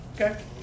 Okay